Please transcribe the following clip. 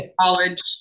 college